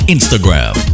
Instagram